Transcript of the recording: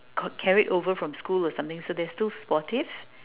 carried over from school or something so they're still sportive